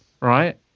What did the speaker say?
right